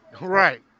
Right